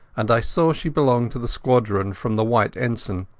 and i saw she belonged to the squadron from the white ensign.